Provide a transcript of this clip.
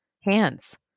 hands